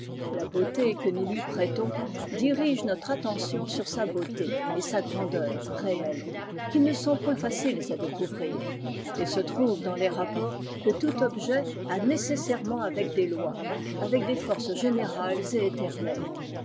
la beauté que nous lui prêtons dirige notre attention sur sa beauté et sa grandeur réelles qui ne sont point faciles à découvrir et se trouvent idans les rapï s que tout objet a nécessairement avec des lois avec des forces générales et éternelles